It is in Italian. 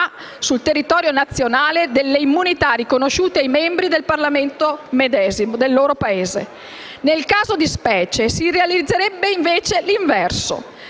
sul territorio nazionale, delle immunità riconosciute ai membri del parlamento del loro Paese». Nel caso di specie si realizzerebbe proprio l'inverso,